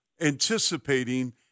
anticipating